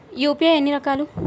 UPI ఎన్ని రకాలు?